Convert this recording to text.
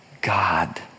God